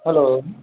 hello